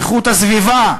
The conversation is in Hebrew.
איכות הסביבה,